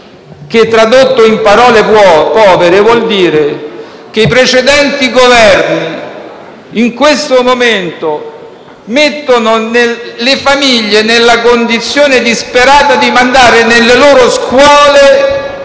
che - tradotto tutto in parole povere - vuol dire che i precedenti Governi in questo momento mettono le famiglie nella condizione disperata di mandare nelle scuole